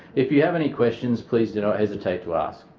if you have any questions, please do not hesitate to ask